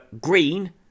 green